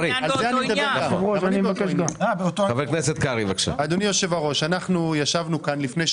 סליחה, אני בעצם שואל את היושב ראש ולא אותך.